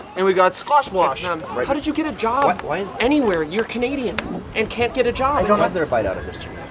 and we've got scotch blosch and how did you get a job anywhere? you're canadian and can't get a job why's there a bite out of this?